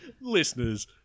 Listeners